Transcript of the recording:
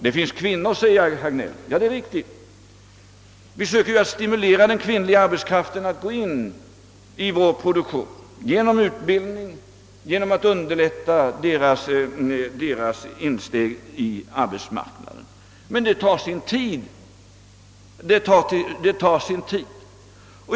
Det finns kvinnor, säger herr Hagnell, som önskar arbete i produktionen. Det är riktigt, och vi försöker stimulera den kvinnliga arbetskraften att gå in i vår produktion genom att ordna utbildning och underlätta på annat sätt. Men det tar sin tid.